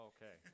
Okay